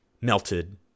melted